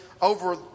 over